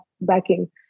backing